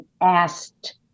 asked